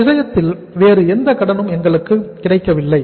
இந்த விஷயத்தில் வேறு எந்தக் கடனும் எங்களுக்கு கிடைக்கவில்லை